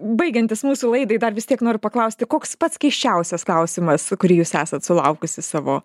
baigiantis mūsų laidai dar vis tiek noriu paklausti koks pats keisčiausias klausimas kurį jūs esat sulaukusi savo